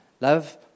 Love